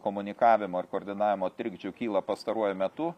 komunikavimo ar koordinavimo trikdžių kyla pastaruoju metu